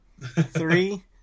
Three